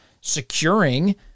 securing –